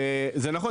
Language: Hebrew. זה נכון.